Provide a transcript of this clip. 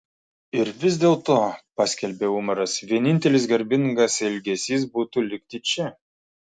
ir vis dėlto paskelbė umaras vienintelis garbingas elgesys būtų likti čia